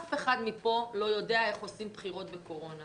אף אחד פה לא יודע איך עושים בחירות בקורונה,